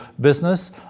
business